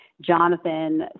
Jonathan